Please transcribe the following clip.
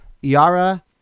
Yara